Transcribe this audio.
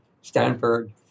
Stanford